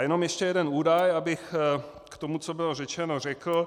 Jenom ještě jeden údaj, abych k tomu, co bylo řečeno, řekl.